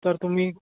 तर तुम्ही